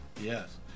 Yes